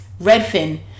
Redfin